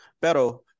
Pero